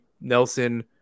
Nelson